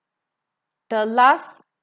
the last